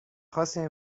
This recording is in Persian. خواستین